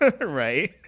right